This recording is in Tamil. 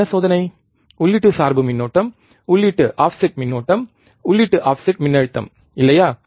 என்ன சோதனை உள்ளீட்டு சார்பு மின்னோட்டம் உள்ளீடு ஆஃப்செட் மின்னோட்டம் உள்ளீடு ஆஃப்செட் மின்னழுத்தம் இல்லையா